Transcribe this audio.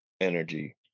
energy